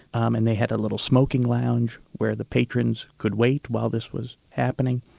and they had a little smoking lounge where the patrons could wait while this was happening.